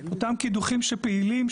אותם קידוחים שפעילים,